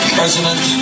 president